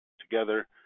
together